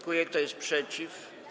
Kto jest przeciw?